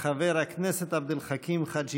חבר הכנסת עבד אל חכים חאג'